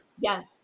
yes